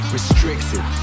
Restricted